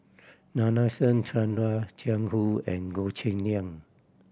Nadasen Chandra Jiang Hu and Goh Cheng Liang